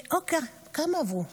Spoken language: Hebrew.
וכמה עברו?